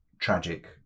tragic